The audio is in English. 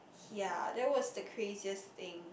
ya that was the craziest thing